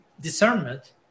discernment